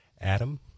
Adam